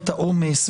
את העומס,